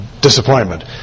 disappointment